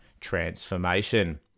transformation